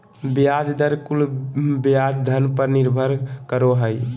ब्याज दर कुल ब्याज धन पर निर्भर करो हइ